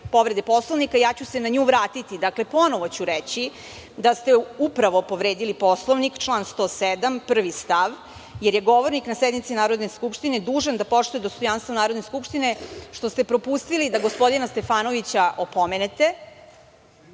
povrede Poslovnika, ja ću se na nju vratiti. Ponovo ću reći da ste upravo povredili Poslovnik, član 107. prvi stav, jer je govornik na sednici Narodne skupštine dužan da poštuje dostojanstvo Narodne skupštine, što ste propustili da gospodina Stefanovića opomenete